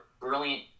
brilliant